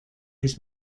his